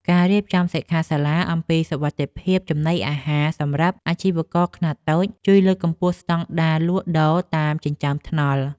ការរៀបចំសិក្ខាសាលាអំពីសុវត្ថិភាពចំណីអាហារសម្រាប់អាជីវករខ្នាតតូច ជួយលើកកម្ពស់ស្តង់ដារលក់ដូរតាមចិញ្ចើមថ្នល់។